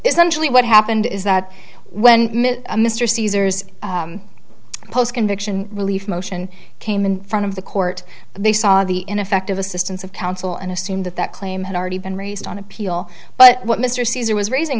essentially what happened is that when mr caesar's post conviction relief motion came in front of the court they saw the ineffective assistance of counsel and assumed that that claim had already been raised on appeal but mr caesar was raising